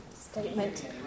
Statement